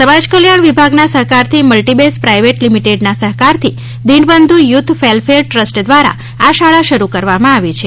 સમાજ કલ્યાણ વિભાગના સહકાર થી મલ્ટીબેસ પ્રાઈવેટ લિમીટેડના સહકારથી દિનબંધુ યુથ ફેલફેચર ટ્રસ્ટ દ્રારા આ શાળા શરુ કરવામાં આવી છે